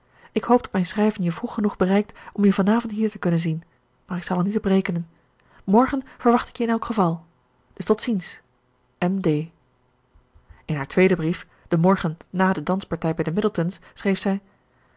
ik hoop dat mijn schrijven je vroeg genoeg bereikt om je van avond hier te kunnen zien maar ik zal er niet op rekenen morgen verwacht ik je in elk geval dus tot ziens m d in haar tweeden brief den morgen na de danspartij bij de middletons schreef zij